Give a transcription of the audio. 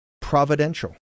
providential